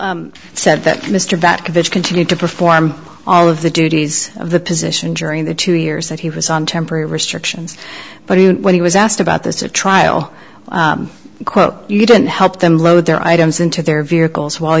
mr that vigil continued to perform all of the duties of the position during the two years that he was on temporary restrictions but when he was asked about this a trial quote you didn't help them load their items into their vehicles while